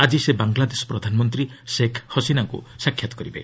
ଆଜି ସେ ବାଂଲାଦେଶ ପ୍ରଧାନମନ୍ତ୍ରୀ ସେଖ୍ ହସିନାଙ୍କୁ ସାକ୍ଷାତ୍ କରିବେ